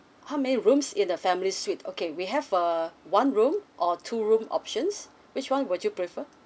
how many rooms in the family suite okay we have a one room or two room options which one would you prefer